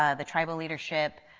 ah the tribal leadership,